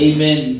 Amen